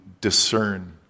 discern